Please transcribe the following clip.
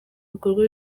bikorwa